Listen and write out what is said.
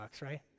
right